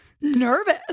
nervous